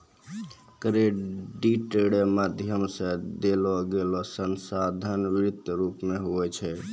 credit रो माध्यम से देलोगेलो संसाधन वित्तीय रूप मे हुवै छै